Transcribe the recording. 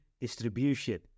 distribution